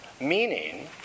Meaning